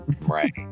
right